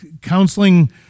Counseling